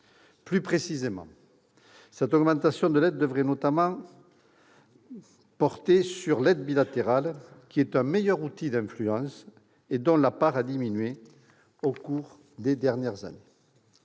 Plus précisément, cette augmentation de l'aide devrait notamment porter sur l'aide bilatérale, qui est un meilleur outil d'influence et dont la part a diminué au cours des dernières années.